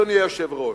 אדוני היושב-ראש.